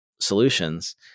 solutions